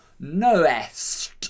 Noest